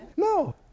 No